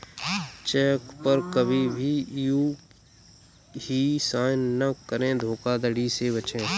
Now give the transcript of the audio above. check पर कहीं भी यू हीं साइन न करें धोखाधड़ी से बचे